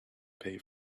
pay